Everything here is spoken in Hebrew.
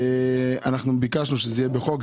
אנחנו ביקשנו שזה יהיה בחוק.